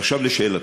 עכשיו לשאלתי.